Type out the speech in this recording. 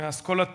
מאסכולת